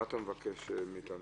אתה מבקש מאיתנו?